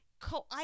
co